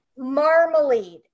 marmalade